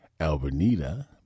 Albernita